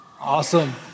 Awesome